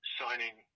signing